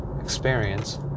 experience